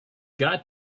got